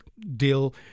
deal